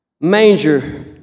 manger